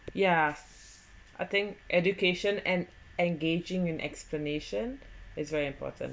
yeah I think education and engaging in explanation is very important